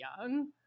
young